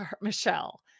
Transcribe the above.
Michelle